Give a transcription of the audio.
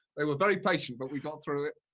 they were very patient but we got through it.